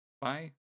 bye